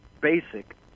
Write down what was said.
basic